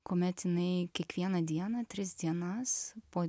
kuomet jinai kiekvieną dieną tris dienas po